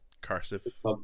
cursive